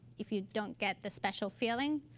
if you don't get the special feeling,